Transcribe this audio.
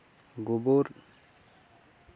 ᱜᱳᱵᱳᱨ